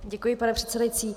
Děkuji, pane předsedající.